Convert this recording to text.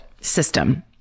system